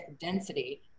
density